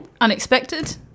Unexpected